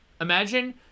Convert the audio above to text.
Imagine